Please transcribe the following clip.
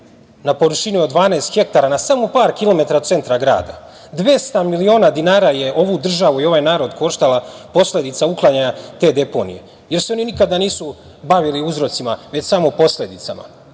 na površini od 12 hektara na samo par kilometara od centra grada, dvesta miliona dinara je ovu državu i ovaj narod koštala posledica uklanjanja te deponije, jer se oni nikada nisu bavili uzrocima već samo posledicama.